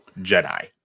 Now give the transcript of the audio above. jedi